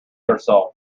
herself